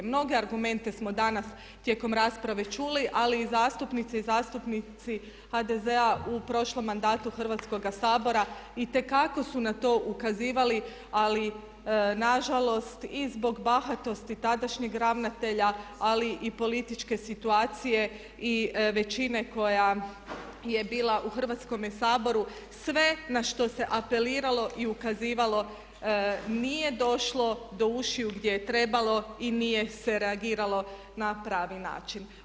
Mnoge argumente smo danas tijekom rasprave i čuli ali i zastupnice i zastupnici HDZ-a u prošlom mandatu Hrvatskoga sabora itekako su na to ukazivali ali nažalost i zbog bahatosti tadašnjeg ravnatelja ali i političke situacije i većine koja je bila u Hrvatskome saboru, sve na što se apeliralo i ukazivalo nije došlo do ušiju gdje je trebalo i nije se reagiralo na pravi način.